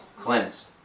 Cleansed